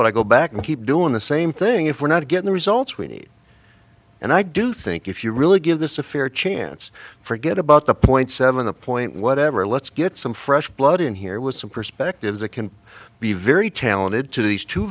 would i go back and keep doing the same thing if we're not getting the results we need and i do think if you really give this a fair chance forget about the point seven a point whatever let's get some fresh blood in here with some perspective that can be very talented to these two